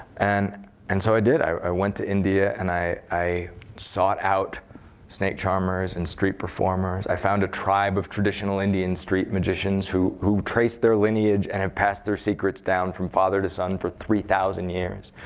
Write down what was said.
and and so i did. i went to india, and i i sought out snake charmers and street performers. i found a tribe of traditional indian street magicians who who trace their lineage and have passed their secrets down from father to son for three thousand years.